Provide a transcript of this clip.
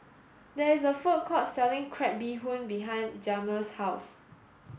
there is a food court selling crab bee hoon behind Jamir's house